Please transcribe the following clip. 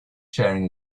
sharing